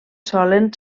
solen